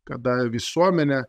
kada visuomenė